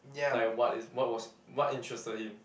like what is what was what interested him